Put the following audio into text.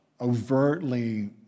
overtly